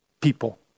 people